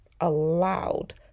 allowed